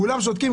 כולם שותקים,